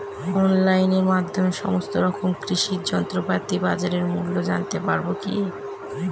অনলাইনের মাধ্যমে সমস্ত রকম কৃষি যন্ত্রপাতির বাজার মূল্য জানতে পারবো কি?